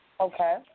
Okay